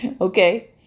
Okay